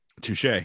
Touche